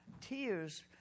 tears